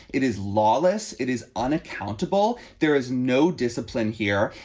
it is lawless. it is unaccountable. there is no discipline here.